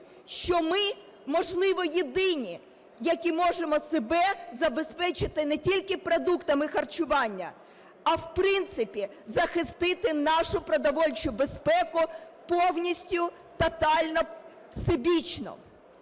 що ми, можливо, єдині, які можемо себе забезпечити не тільки продуктами харчування, а, в принципі, захистити нашу продовольчу безпеку повністю, тотально, всебічно.